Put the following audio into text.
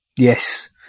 Yes